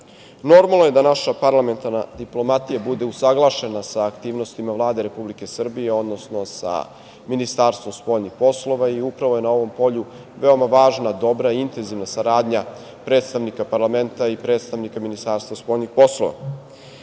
Normalno je da naša parlamentarna diplomatija bude usaglašena sa aktivnostima Vlade Republike Srbije, odnosno sa Ministarstvom spoljnih poslova, i upravo je na ovom polju veoma važna dobra, intenzivna saradnja predstavnika parlamenta i predstavnika Ministarstva spoljnih poslova. Na